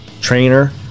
trainer